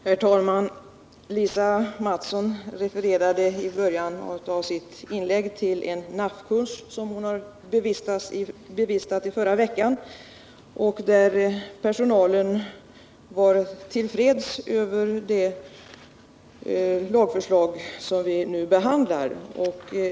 Herr talman! Lisa Mattson refererade i början av sitt inlägg till en NAFF kurs som hon bevistade i förra veckan. Där konstaterades att personalen var till freds med det lagförslag som vi nu behandlar.